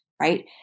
right